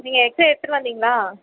நீங்கள் எக்ஸ்ரே எடுத்துட்டு வந்தீங்களா